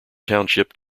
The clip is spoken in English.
township